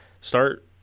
Start